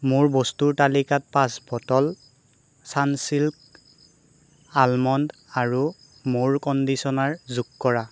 মোৰ বস্তুৰ তালিকাত পাঁচ বটল চানচিল্ক আলমণ্ড আৰু মৌৰ কণ্ডিচনাৰ যোগ কৰা